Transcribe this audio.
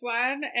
one